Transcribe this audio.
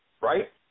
right